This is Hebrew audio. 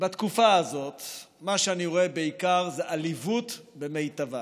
ובתקופה הזאת מה שאני רואה בעיקר הוא עליבות במיטבה.